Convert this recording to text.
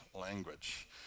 language